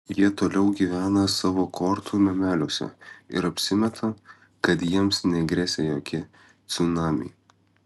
jie toliau gyvena savo kortų nameliuose ir apsimeta kad jiems negresia jokie cunamiai